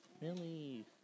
Millie